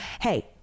hey